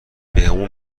بهمون